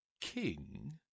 King